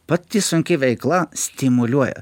pati sunkiai veikla stimuliuoja